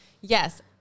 yes